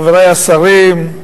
חברי השרים,